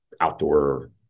outdoor